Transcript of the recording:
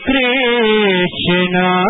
Krishna